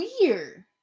weird